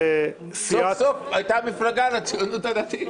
סוף-סוף הייתה מפלגה לציונות הדתית.